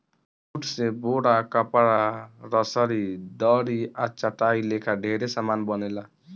jute से बोरा, कपड़ा, रसरी, दरी आ चटाई लेखा ढेरे समान बनेला